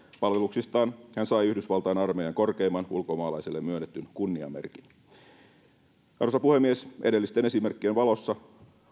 palveluksistaan hän sai yhdysvaltain armeijan korkeimman ulkomaalaiselle myönnetyn kunniamerkin arvoisa puhemies edellisten esimerkkien valossa